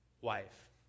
wife